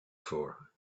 for